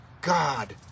God